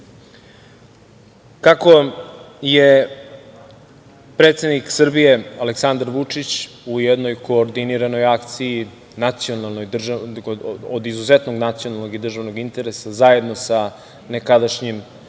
je predsednik Srbije Aleksandar Vučić u jednoj koordiniranoj akciji od izuzetno nacionalnog i državnog interesa zajedno sa nekadašnjim